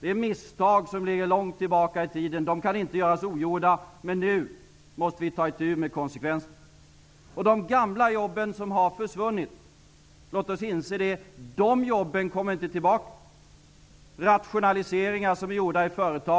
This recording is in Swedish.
Det är misstag som ligger långt tillbaka i tiden. De kan inte göras ogjorda. Men nu måste vi ta itu med konsekvenserna. Låt oss inse att de jobb som har försvunnit inte kommer tillbaka. Det gäller rationaliseringar som är gjorda i företag.